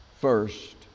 First